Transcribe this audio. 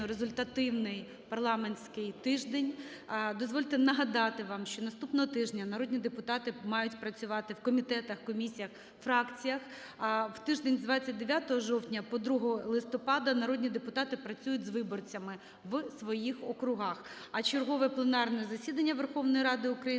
результативний парламентський тиждень. Дозвольте нагадати вам, що наступного тижня народні депутати мають працювати в комітетах, комісіях, фракціях. В тиждень з 29 жовтня по 2 листопада народні депутати працюють з виборцями в своїх округах. А чергове пленарне засідання Верховної Ради України